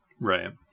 Right